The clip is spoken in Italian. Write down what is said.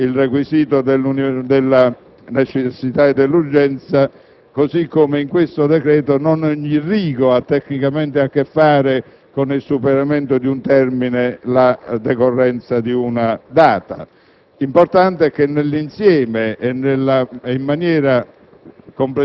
ha il requisito della necessità e dell'urgenza; allo stesso modo, in questo decreto non ogni rigo ha tecnicamente a che fare con il superamento di un termine, la decorrenza di una data. L'importante è che, nell'insieme e in maniera